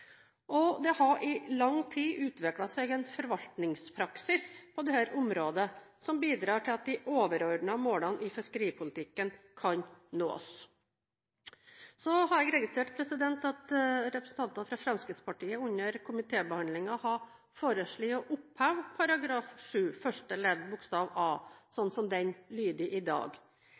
Det har i lang tid utviklet seg en forvaltningspraksis på dette området som bidrar til at de overordnede målene i fiskeripolitikken kan nås. Så har jeg registrert at representanter fra Fremskrittspartiet under komitébehandlingen har foreslått å oppheve § 7 første ledd bokstav a slik den lyder i dag.